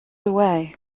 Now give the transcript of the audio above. away